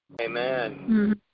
Amen